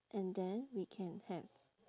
and then we can have